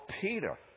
Peter